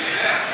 אני יודע.